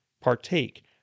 partake